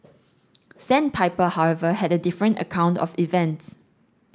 sandpiper however had a different account of events